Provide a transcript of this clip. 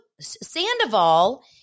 Sandoval